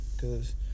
Cause